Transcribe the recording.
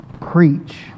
preach